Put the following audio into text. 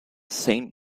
saint